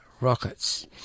Rockets